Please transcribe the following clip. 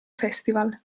festival